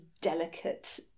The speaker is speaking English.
delicate